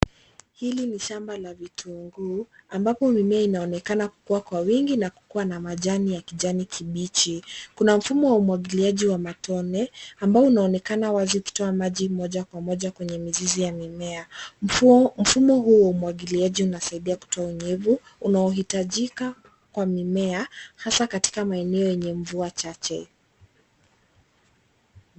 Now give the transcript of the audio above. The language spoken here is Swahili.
Hili ni shamba la vitunguu ambapo mimea inaonekana kuwa kwa wingi na kukuwa na majani ya kijani kibichi. Kuna mfumo wa umwagiliaji wa matone ambao unaonekana wazi ukitoa maji moja kwa moja kwenye mizizi ya mimea. Mfumo huo wa umwagiliaji unasaidia kutoa unyevu unaohitajika kwa mimea hasa katika maeneo yenye mvua chache.